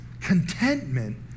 contentment